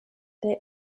they